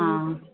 હા